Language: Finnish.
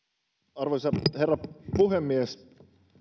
arvoisa herra puhemies